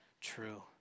true